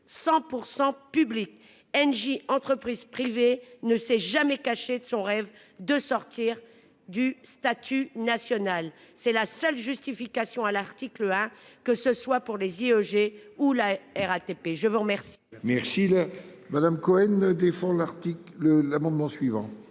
100 % public. Engie, entreprise privée, n'a jamais caché son rêve de sortir du statut national. C'est la seule justification de l'article 1, que ce soit pour les IEG ou la RATP. L'amendement